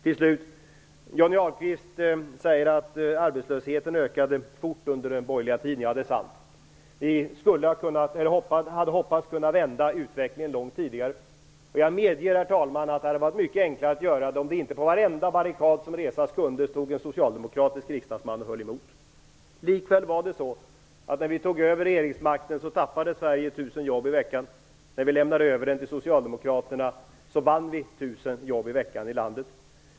Till slut: Johnny Ahlqvist säger att arbetslösheten ökade fort under den borgerliga tiden. Ja, det är sant. Vi hoppades kunna vända utvecklingen långt tidigare. Jag medger, herr talman, att det hade varit mycket enklare att göra det, om det inte på varenda barrikad som resas kunde stod en socialdemokratisk riksdagsman och höll emot. Likväl var det så att när vi tog över regeringsmakten tappade Sverige 1 000 jobb i veckan. När vi lämnade över den till Socialdemokraterna vann vi 1 000 jobb i veckan i landet.